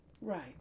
Right